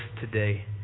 today